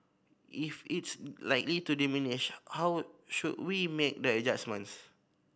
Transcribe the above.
if it's likely to diminish how should we make the adjustments